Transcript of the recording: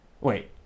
Wait